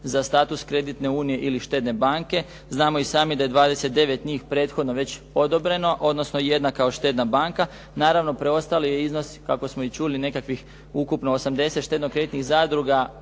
za status kreditne unije ili štedne banke. Znamo i sami da je 29 njih prethodno već odobreno, odnosno jedna kao štedna banka. Naravno, preostali je iznos, kako smo i čuli, nekakvih ukupno 80 štedno-kreditnih zadruga